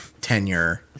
tenure